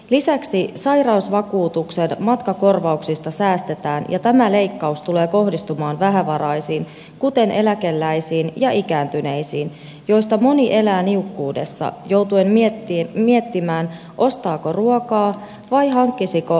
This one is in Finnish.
lisäksi sairausvakuutuksen matkakorvauksista säästetään ja tämä leikkaus tulee kohdistumaan vähävaraisiin kuten eläkeläisiin ja ikääntyneisiin joista moni elää niukkuudessa joutuen miettimään ostaako ruokaa vai hankkisiko tarvitsemansa lääkkeet